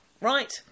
right